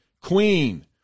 Queen